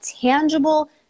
tangible